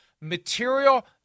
material